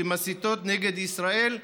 שמסיתות נגד ישראל,